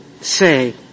say